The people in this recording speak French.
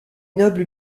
noble